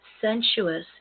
sensuous